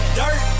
dirt